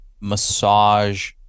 massage